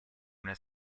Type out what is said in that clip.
una